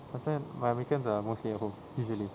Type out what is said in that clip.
I spend my weekends are mostly at home usually